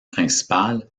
principal